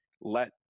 Let